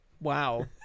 Wow